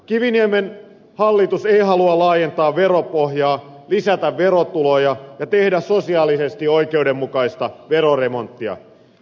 kivinimen hallitus ei halua laajentaa veropohjaa lisätä verotuloja ja tehdä sosiaalisesti oikeudenmukaista veroremonttia